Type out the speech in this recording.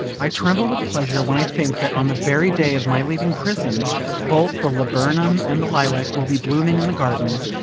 i tremble with pleasure when i think that on the very day of my leaving prison both the laburnum and the lilac will be blooming in the gardens,